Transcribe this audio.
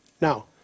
Now